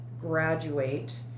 graduate